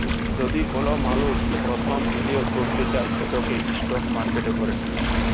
যদি কল মালুস পরথম বিলিয়গ ক্যরতে চায় সেট ইস্টক মার্কেটে ক্যরে